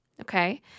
okay